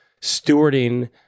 stewarding